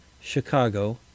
Chicago